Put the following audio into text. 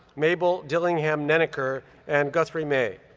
mabel dillingham nenneker and guthrie may.